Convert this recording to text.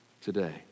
today